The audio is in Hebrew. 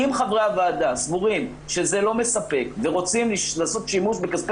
אם חברי הוועדה סבורים שזה לא מספק ורוצים לעשות שימוש בכספי